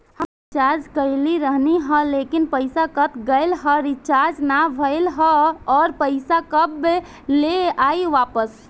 हम रीचार्ज कईले रहनी ह लेकिन पईसा कट गएल ह रीचार्ज ना भइल ह और पईसा कब ले आईवापस?